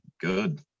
good